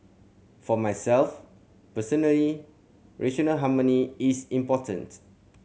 for myself personally racial harmony is important